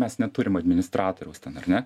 mes neturim administratoriaus ten ar ne